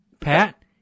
Pat